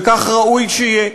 וכך ראוי שיהיה.